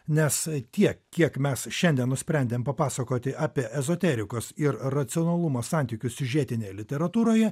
nes tiek kiek mes šiandien nusprendėm papasakoti apie ezoterikos ir racionalumo santykius siužetinėje literatūroje